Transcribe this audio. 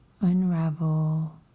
unravel